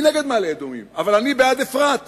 אני נגד מעלה-אדומים, אבל אני בעד אפרת,